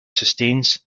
sustains